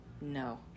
no